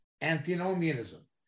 antinomianism